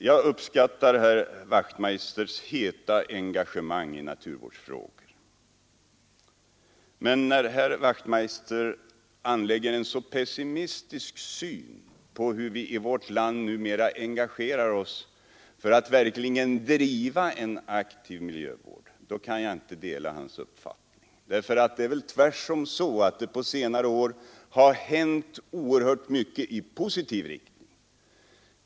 Jag uppskattar herr Wachtmeisters heta engagemang i naturvårdsfrågor, men när han anlägger en så pessimistisk syn på hur vi i vårt land numera engagerar oss för att verkligen driva en aktiv miljövård kan jag inte dela hans uppfattning. Tvärtom har det på senare år hänt oerhört mycket i positiv riktning.